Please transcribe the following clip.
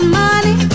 money